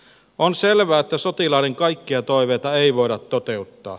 on selvää että sotilaiden kaikkia toiveita ei voi toteuttaa